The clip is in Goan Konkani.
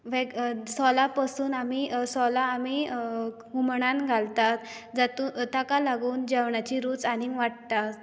वेग सोलां पसून आमी सोलां आमी हुमणांन घालतात जातूं ताका लागून जेवणाची रूच आनीक वाडटा